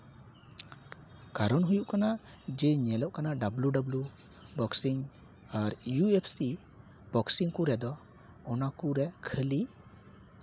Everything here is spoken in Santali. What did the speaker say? ᱠᱟᱨᱚᱱ ᱦᱩᱭᱩᱜ ᱠᱟᱱᱟ ᱡᱮ ᱧᱮᱞᱚᱜ ᱠᱟᱱᱟ ᱰᱟᱵᱞᱩ ᱰᱟᱵᱞᱩ ᱵᱚᱠᱥᱤᱝ ᱟᱨ ᱤᱭᱩ ᱮᱯᱷ ᱥᱤ ᱵᱚᱠᱥᱤᱝ ᱠᱚᱨᱮ ᱫᱚ ᱚᱱᱟ ᱠᱚᱨᱮ ᱠᱷᱟᱹᱞᱤ